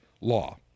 law